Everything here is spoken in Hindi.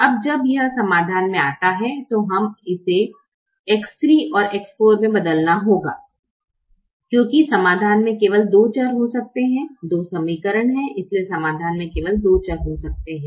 अब जब यह समाधान में आता है तो इसे X 3 और X 4 से बदलना होगा क्योंकि समाधान में केवल दो चर हो सकते हैं दो समीकरण हैं इसलिए समाधान में केवल दो चर हो सकते हैं